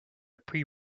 pre